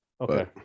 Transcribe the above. Okay